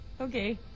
Okay